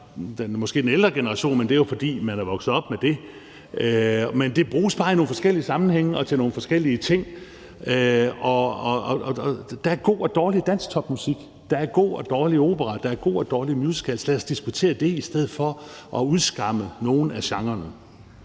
fra den ældre generation, men det er jo, fordi jeg er vokset op med det. Men musik bruges bare i nogle forskellige sammenhænge og til nogle forskellige ting, og der er god og dårlig dansktopmusik; der er god og dårlig opera; der er gode og dårlige musicals. Lad os diskutere det i stedet for at udskamme nogle af genrerne.